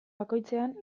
bakoitzean